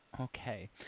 okay